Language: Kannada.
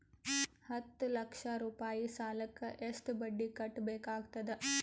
ಹತ್ತ ಲಕ್ಷ ರೂಪಾಯಿ ಸಾಲಕ್ಕ ಎಷ್ಟ ಬಡ್ಡಿ ಕಟ್ಟಬೇಕಾಗತದ?